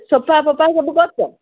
sofa ଫୋପା ସବୁ କରୁଛ